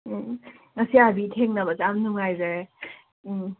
ꯎꯝ ꯉꯁꯤ ꯑꯥꯔꯕꯤ ꯊꯦꯡꯅꯕꯁꯦ ꯌꯥꯝ ꯅꯨꯡꯉꯥꯏꯖꯔꯦ ꯎꯝ